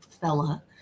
fella